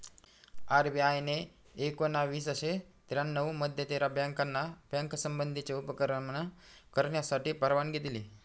RBI ने एकोणावीसशे त्र्यानऊ मध्ये तेरा बँकाना बँक संबंधीचे उपक्रम करण्यासाठी परवानगी दिली